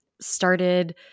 started